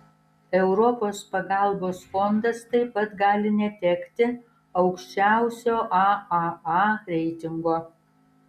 europos pagalbos fondas taip pat gali netekti aukščiausio aaa reitingo